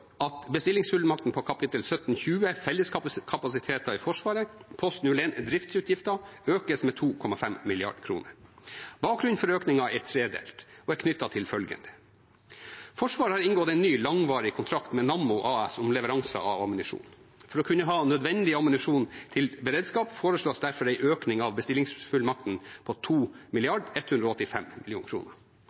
at bestillingsfullmakten på Kap. 1720 Felleskapasiteter i Forsvaret Post 01 Driftsutgifter økes med 2,5 mrd. kr. Bakgrunnen for økningen er tredelt og er knyttet til følgende: Forsvaret har inngått en ny langvarig kontrakt med Nammo AS om leveranse av ammunisjon. For å kunne ha nødvendig ammunisjon til beredskap foreslås derfor en økning av bestillingsfullmakten på